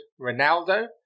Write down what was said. Ronaldo